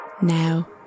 Now